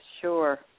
sure